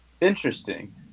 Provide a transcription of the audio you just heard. Interesting